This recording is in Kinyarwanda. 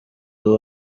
uwo